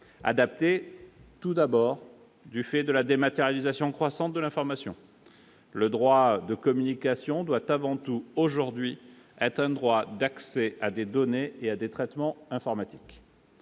Adaptés, tout d'abord, du fait de la dématérialisation croissante de l'information : aujourd'hui, le droit de communication doit avant tout être un droit d'accès à des données et des traitements informatiques.